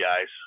guys